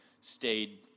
stayed